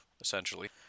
essentially